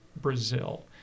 Brazil